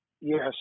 Yes